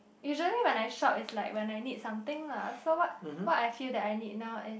usually when I shop is like when I need something lah so what what I feel that I need now is